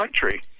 country